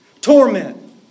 Torment